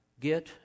get